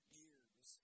years